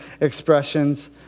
expressions